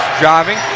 driving